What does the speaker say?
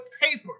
paper